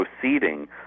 proceeding